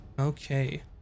Okay